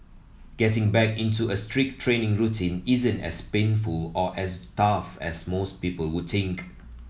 getting back into a strict training routine isn't as painful or as tough as most people would think